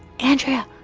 andrea?